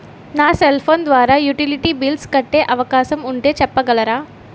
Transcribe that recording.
నా cell phone ద్వారా utility bills కట్టే అవకాశం ఉంటే చెప్పగలరా?